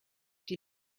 die